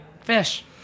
fish